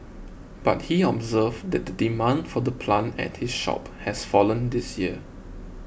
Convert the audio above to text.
but he observed that the demand for the plant at his shop has fallen this year